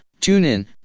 TuneIn